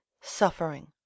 suffering